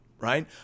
right